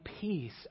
peace